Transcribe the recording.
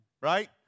Right